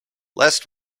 last